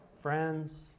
friends